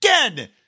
again